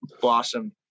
blossomed